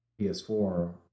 PS4